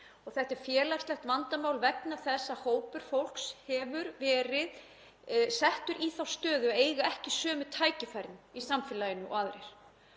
Þetta er félagslegt vandamál vegna þess að hópur fólks hefur verið settur í þá stöðu að eiga ekki sömu tækifæri í samfélaginu og aðrir.